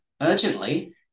urgently